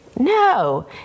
No